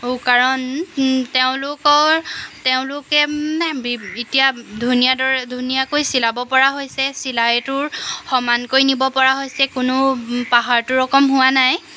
কাৰণ তেওঁলোকৰ তেওঁলোকে এতিয়া ধুনীয়া দৰে ধুনীয়াকৈ চিলাব পৰা হৈছে চিলাইটোৰ সমানকৈ নিব পৰা হৈছে কোনো পাহাৰটোৰ ৰকম হোৱা নাই